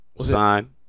sign